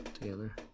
together